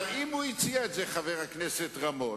אבל אם הוא הציע את זה, חבר הכנסת רמון,